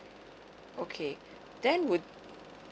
okay then would